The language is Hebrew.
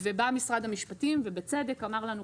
ובא משרד המשפטים ובצדק אמר לנו,